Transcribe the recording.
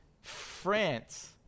France